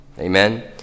Amen